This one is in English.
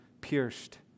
pierced